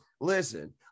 Listen